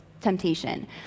temptation